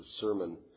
sermon